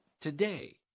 today